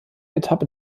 etappe